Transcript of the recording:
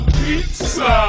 pizza